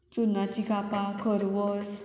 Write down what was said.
चुन्नाची कापां खरवस